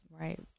Right